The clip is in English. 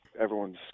everyone's